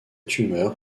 tumeur